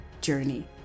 journey